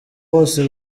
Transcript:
bose